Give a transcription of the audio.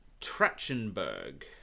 Trachenberg